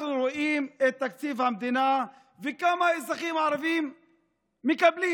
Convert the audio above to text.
אנחנו רואים את תקציב המדינה וכמה האזרחים הערבים מקבלים.